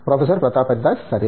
professor Pratap Haridas సరే